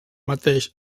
mateix